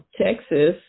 Texas